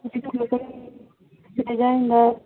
जाएगा इंदौर